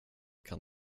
kan